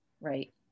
right